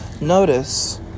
notice